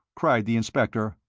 cried the inspector.